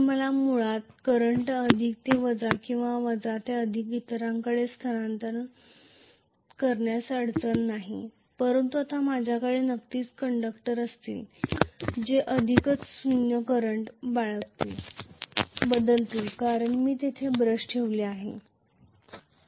तर मला मुळात करंट अधिक ते वजा किंवा वजा ते अधिक इतरांकडे हस्तांतरित करण्यास काहीच अडचण नाही परंतु आता माझ्याकडे नक्कीच कंडक्टर असतील जे आधीच शून्य करंट न बाळगतील बदलतील कारण मी तेथे ब्रश ठेवले आहे